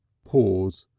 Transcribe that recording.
pause,